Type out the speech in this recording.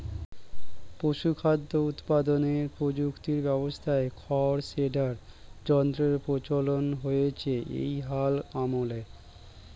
পশুখাদ্য উৎপাদনের প্রযুক্তি ব্যবস্থায় খড় শ্রেডার যন্ত্রের প্রচলন হয়েছে এই হাল আমলে